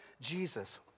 Jesus